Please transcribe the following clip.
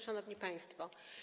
Szanowni Państwo!